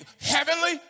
heavenly